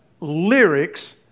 lyrics